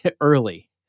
early